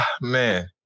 man